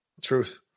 Truth